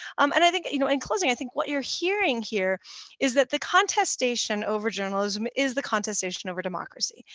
um and i think, you know, in closing, i think what you're hearing here is that the contestation over journalism is the contestation over democracy.